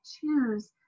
choose